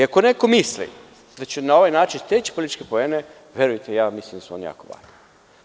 Ako neko misli da će na ovaj način steći političke poene, verujte ja mislim da su oni jako mali.